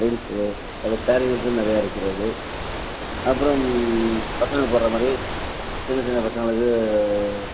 ladies அப்புறம் ஸாரிலதும் நிறையா இருக்கிறது அப்புறம் பசங்க போடுற மாதிரி சின்ன சின்ன பசங்களுக்கு